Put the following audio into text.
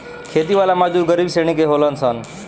खेती वाला मजदूर गरीब श्रेणी के होलन सन